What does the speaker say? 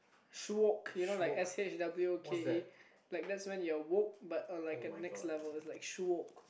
showke you know like S H O W K E like that's where you're like woke but on like a next level is like showke